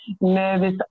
nervous